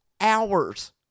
hours